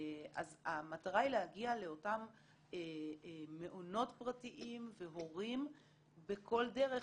אז המטרה היא להגיע לאותם מעונות פרטיים והורים בכל דרך,